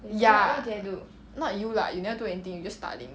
ya not you lah you never do anything you just studying